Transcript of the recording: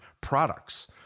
products